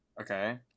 okay